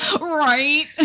Right